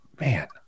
Man